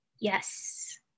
Yes